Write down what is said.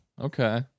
Okay